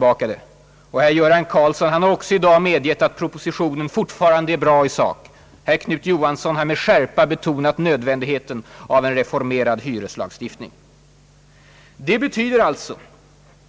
hyreslagstiftningen tillbaka det. Herr Göran Karlsson har också i dag medgett att propositionen fortfarande är bra i sak. Och herr Knut Johansson har med skärpa betonat nödvändigheten av en reformerad hyreslagstiftning. Det betyder